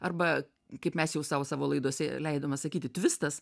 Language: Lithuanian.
arba kaip mes jau sau savo laidose leidome sakyti tvistas